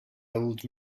old